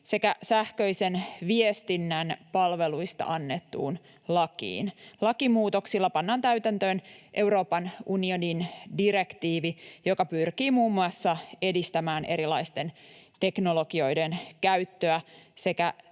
sekä sähköisen viestinnän palveluista annettuun lakiin. Lakimuutoksilla pannaan täytäntöön Euroopan unionin direktiivi, joka pyrkii muun muassa edistämään erilaisten teknologioiden käyttöä